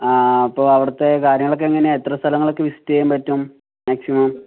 ആ അപ്പോൾ അവിടുത്തെ കാര്യങ്ങളൊക്കെ എങ്ങനെയാണ് എത്ര സ്ഥലങ്ങളൊക്കെ വിസിറ്റ് ചെയ്യാൻ പറ്റും മാക്സിമം